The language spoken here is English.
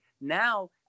Now